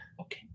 Okay